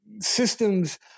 systems